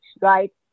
right